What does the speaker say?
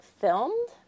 filmed